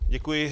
Děkuji.